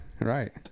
right